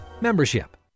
Membership